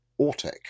Ortec